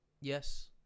Yes